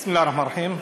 בסם אללה א-רחמאן א-רחים.